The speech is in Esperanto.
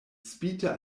spite